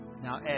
Now